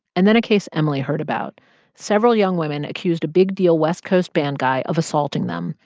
and then a case emily heard about several young women accused a big-deal west coast band guy of assaulting them,